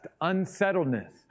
unsettledness